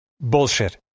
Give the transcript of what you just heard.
Bullshit